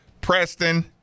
Preston